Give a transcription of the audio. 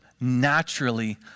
naturally